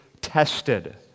tested